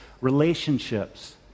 relationships